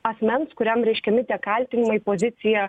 asmens kuriam reiškiami kaltinimai pozicija